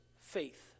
faith